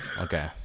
okay